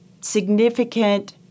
significant